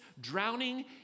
drowning